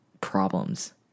problems